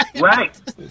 Right